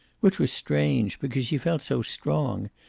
which was strange, because she felt so strong,